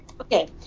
Okay